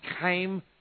came